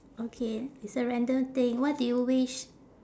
okay it's a random thing what do you wish